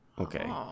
Okay